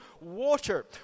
water